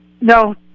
No